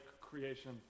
creation